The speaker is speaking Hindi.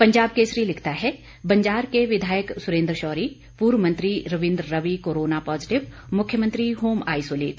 पंजाब केसरी लिखता है बंजार के विधायक सुरेंद्र शौरी पूर्व मंत्री रविंद्र रवि कोरोना पॉजिटिव मुख्यमंत्री होम आईसोलेट